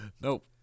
Nope